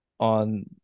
on